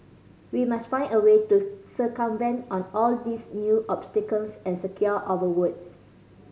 we must find a way to circumvent on all these new obstacles and secure our votes